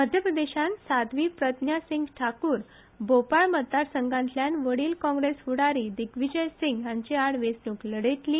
मध्यप्रदेशांत साध्वी प्रज्ञासींग ठाकूर भोपाळ मतदारसंघातल्यान वडील काँग्रेस फूडारी दिग्वीजय सींग हांचे आड वेंचणूक लढयतली